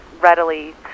readily